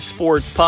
Sports